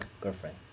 girlfriend